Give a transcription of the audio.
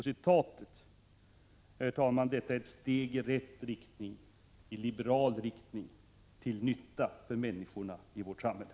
Detta är ett steg i rätt riktning, i liberal riktning, till nytta för människorna i vårt samhälle.